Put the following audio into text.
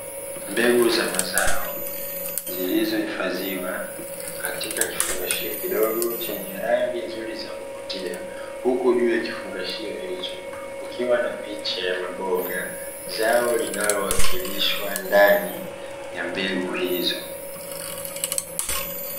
Mbegu za mazao zilizohifadhiwa katika kifungashio kidogo chenye rangi nzuri za kuvutia, huku juu ya kifungashio hicho kukiwa na picha ya maboga zao linalowakilishwa ndani ya mbegu hizo.